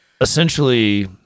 essentially